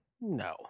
no